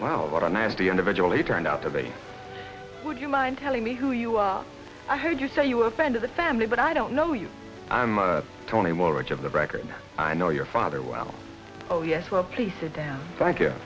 wow what a nasty individual it turned out to be would you mind telling me who you are i heard you say you were fed to the family but i don't know you i'm twenty more each of the record i know your father well oh yes well pleased to down thank you